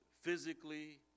physically